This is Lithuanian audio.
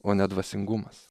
o ne dvasingumas